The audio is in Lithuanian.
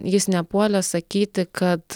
jis nepuolė sakyti kad